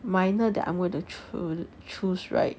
minor that I'm going to choose right